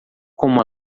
como